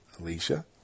Alicia